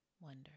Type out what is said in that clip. Wonder